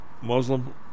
Muslim